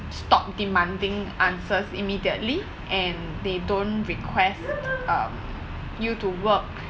stop demanding answers immediately and they don't request um you to work